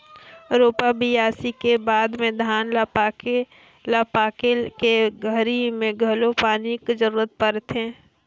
रोपा, बियासी के बाद में धान ल पाके ल पाके के घरी मे घलो पानी के जरूरत परथे